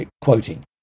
quoting